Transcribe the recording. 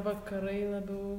vakarai labiau